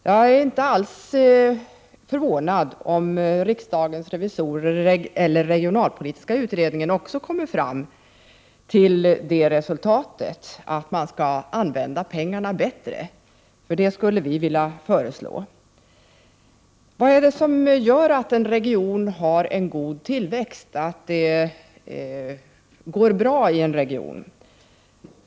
Jag blir inte alls förvånad om riksdagens revisorer eller den regionalpolitiska utredningen också kommer fram till det som vi skulle vilja föreslå, nämligen att man skall använda pengarna bättre. Vad är det som gör att en region har en god tillväxt, att det går bra i en region?